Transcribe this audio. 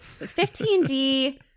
15D